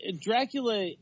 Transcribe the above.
Dracula